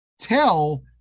tell